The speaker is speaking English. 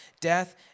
death